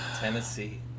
Tennessee